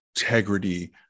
integrity